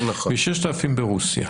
ו-6,000 ברוסיה.